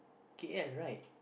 K_L right